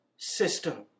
System